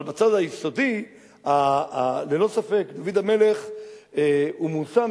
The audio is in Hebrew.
אבל בצד היסודי ללא ספק דוד המלך הוא מושא,